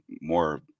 more